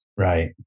Right